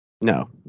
No